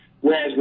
Whereas